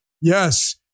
Yes